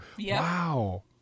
Wow